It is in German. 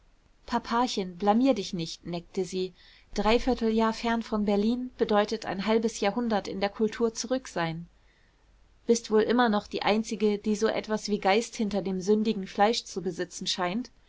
papachen blamier dich nicht neckte sie dreiviertel jahr fern von berlin bedeutet ein halbes jahrhundert in der kultur zurück sein bist wohl immer noch die einzige die so etwas wie geist hinter dem sündigen fleisch zu besitzen scheint